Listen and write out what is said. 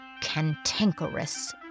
cantankerous